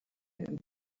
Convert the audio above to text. and